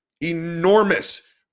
enormous